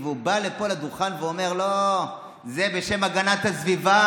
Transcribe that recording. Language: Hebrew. והוא בא לפה לדוכן ואומר: לא, זה בשם הגנת הסביבה.